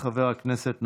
חבריי חברי הכנסת,